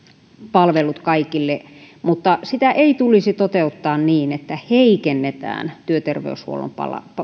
palvelut kaikille mutta sitä ei tulisi toteuttaa niin että heikennetään työterveyshuollon